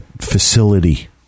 facility